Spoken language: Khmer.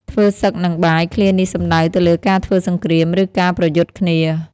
ធ្វើសឹកនឹងបាយ ឃ្លានេះសំដៅទៅលើការធ្វើសង្គ្រាម ឬការប្រយុទ្ធគ្នា។